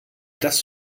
das